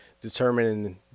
determining